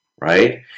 right